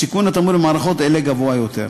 הסיכון הטמון במערכות אלה גבוה יותר.